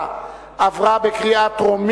(קיזוז הפסד הון במועד ההשקעה בחברה עתירת ידע),